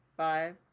Five